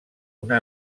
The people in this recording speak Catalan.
una